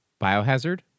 Biohazard